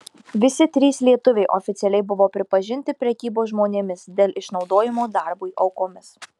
visi trys lietuviai oficialiai buvo pripažinti prekybos žmonėmis dėl išnaudojimo darbui aukomis